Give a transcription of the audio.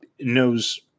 knows